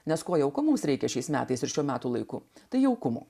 nes kuo jau mums reikia šiais metais ir šių metų laikų tai jaukumo